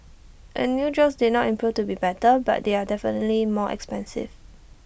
and new drugs are not proven to be better but they are definitely more expensive